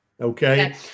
okay